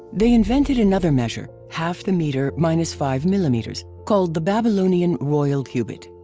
they invented another measure, half the meter minus five millimeters, called the babylonian royal cubit.